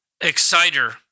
Exciter